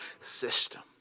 system